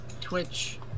Twitch